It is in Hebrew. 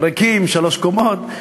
שטחים ריקים, שלוש קומות.